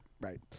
right